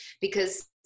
because-